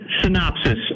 synopsis